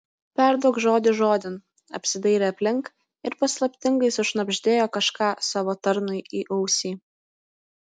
perduok žodis žodin apsidairė aplink ir paslaptingai sušnabždėjo kažką savo tarnui į ausį